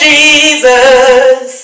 Jesus